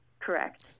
Correct